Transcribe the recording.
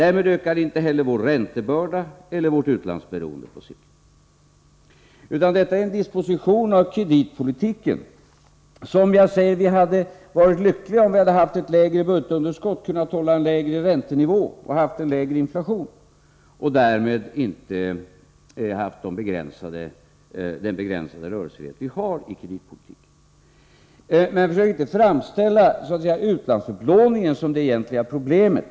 Därmed ökar inte heller vår räntebörda eller vårt utlandsberoende på sikt. Det är i stället fråga om en disposition av kreditpolitiken. Vi skulle ha varit lyckliga om budgetunderskottet hade varit lägre, om vi hade kunnat hålla en lägre räntenivå och om vi hade haft en lägre inflation. Därmed hade vi inte haft den begränsade rörelsefrihet som vi nu har i fråga om kreditpolitiken. Försök inte framställa utlandsupplåningen som det egentliga problemet!